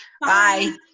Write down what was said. Bye